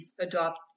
adopt